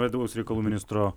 vidaus reikalų ministro